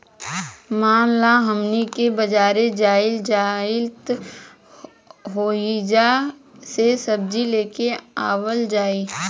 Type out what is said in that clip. मान ल हमनी के बजारे जाइल जाइत ओहिजा से सब्जी लेके आवल जाई